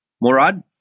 Murad